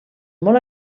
molt